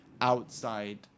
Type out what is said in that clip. outside